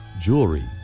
jewelry